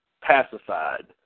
pacified